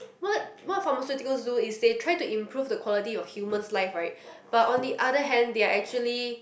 what what pharmaceutical zoo is they try to improve the quality of human's life right but on the other hand they are actually